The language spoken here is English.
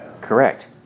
Correct